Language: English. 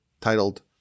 titled